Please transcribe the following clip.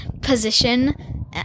position